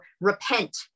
repent